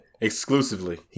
Exclusively